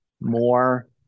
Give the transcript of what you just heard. more